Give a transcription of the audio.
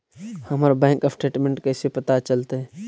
हमर bank statement कैसे पता चलतै?